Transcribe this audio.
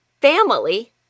family